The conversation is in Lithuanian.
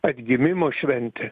atgimimo šventė